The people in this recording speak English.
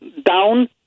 down